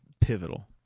pivotal